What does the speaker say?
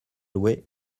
loué